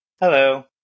Hello